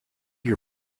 your